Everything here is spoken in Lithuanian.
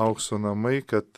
aukso namai kad